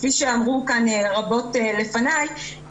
כפי שאמרו רבות לפניי.